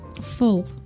full